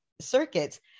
circuits